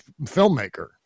filmmaker